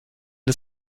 des